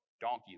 donkey